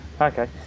Okay